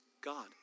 God